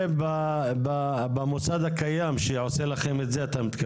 איך אתם מעגנים את זה במוסד הקיים שעושה לכם את זה אתה מתכוון.